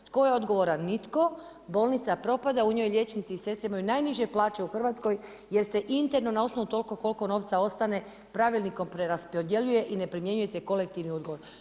Tko je odgovoran nitko, bolnica propada u njoj liječnici i sestre imaju najniže plaće u Hrvatskoj jer se interno na osnovu toliko koliko novca ostane pravilnikom preraspodjeljuje i ne primjenjuje se kolektivni ugovor.